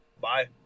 Bye